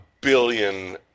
billion